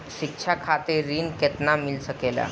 शिक्षा खातिर ऋण केतना मिल सकेला?